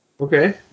Okay